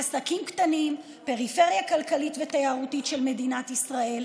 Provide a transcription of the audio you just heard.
אלה עסקים קטנים בפריפריה כלכלית ותיירותית של מדינת ישראל,